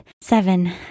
Seven